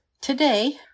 Today